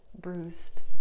bruised